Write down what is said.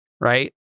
right